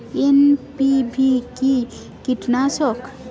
NPV কি কীটনাশক?